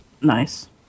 Nice